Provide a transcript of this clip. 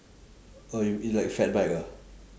oh you you like fat bike ah